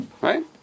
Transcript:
right